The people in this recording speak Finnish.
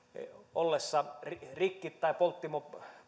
ollessa rikki tai polttimon